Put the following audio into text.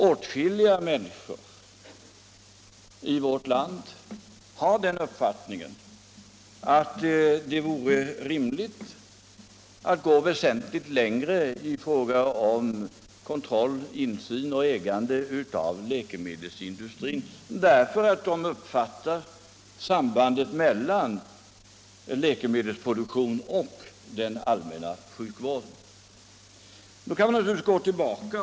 Åtskilliga människor i vårt land har den uppfattningen att det vore rimligt att gå väsentligt längre i fråga om kontroll, insyn och ägande av läkemedelsindustrin, därför att de ser till sambandet mellan läkemedelsproduktionen och den allmänna sjukvården.